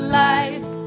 life